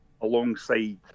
alongside